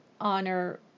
honor